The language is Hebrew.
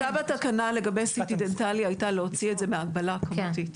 הבקשה בתקנה לגבי CT דנטלי הייתה להוציא את זה מההגבלה הכמותית.